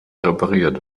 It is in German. repariert